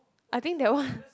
I think that one